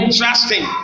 trusting